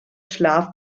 schlaf